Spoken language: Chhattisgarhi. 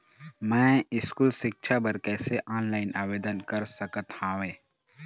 मैं स्कूल सिक्छा बर कैसे ऑनलाइन आवेदन कर सकत हावे?